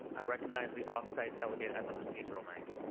ah recognize the off-site delegate at the procedural mic.